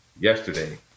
yesterday